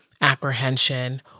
apprehension